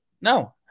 No